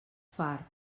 fart